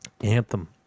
anthem